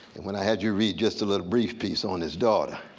when i had you read just a little brief piece on his daughter